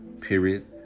period